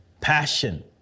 passion